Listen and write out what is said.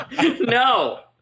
No